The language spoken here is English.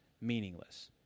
meaningless